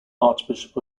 archbishop